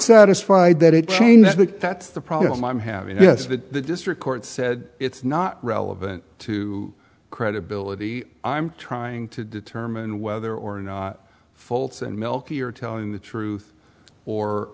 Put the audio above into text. satisfied that it contains the that's the problem i'm having this with the district court said it's not relevant to credibility i'm trying to determine whether or not folds and melky are telling the truth or